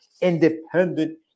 independent